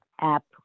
app